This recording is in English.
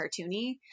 cartoony